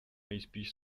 nejspíš